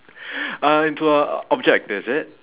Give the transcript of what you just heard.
uh into a object is it